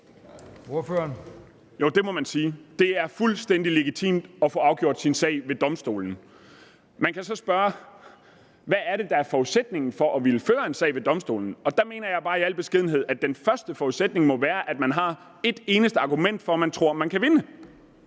Det er fuldstændig legitimt at få afgjort sin sag ved Domstolen. Man kan så spørge: Hvad er det, der er forudsætningen for at ville føre en sag ved Domstolen? Der mener jeg bare i al beskedenhed at den første forudsætning må være, at man i det mindste har et eneste argument for, at man tror, man kan vinde.